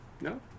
No